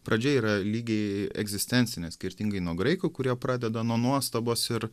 pradžia yra lygiai egzistencinė skirtingai nuo graikų kurie pradeda nuo nuostabos ir